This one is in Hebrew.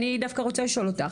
אני דווקא רוצה לשאול אותך,